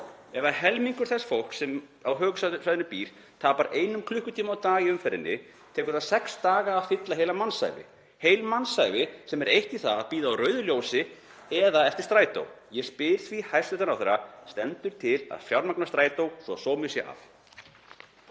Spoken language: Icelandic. Ef helmingur þess fólks sem býr á höfuðborgarsvæðinu tapar einum klukkutíma á dag í umferðinni tekur það sex daga að fylla heila mannsævi, heil mannsævi sem er eytt í að bíða á rauðu ljósi eða eftir strætó. Ég spyr því hæstv. ráðherra: Stendur til að fjármagna Strætó svo að sómi sé að?